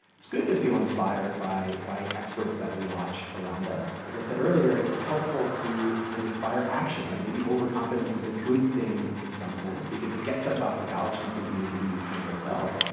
it's good to feel inspired by by experts that we watch around us. like i said earlier, it's helpful to kind of inspire action, right? maybe overconfidence is a good thing in some sense because it gets us off the couch and thinking we can do these things ourselves.